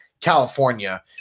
California